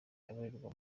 abarirwa